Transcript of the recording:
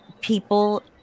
people